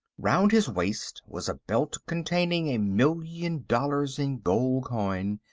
round his waist was a belt containing a million dollars in gold coin,